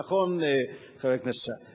נכון, חבר הכנסת שי?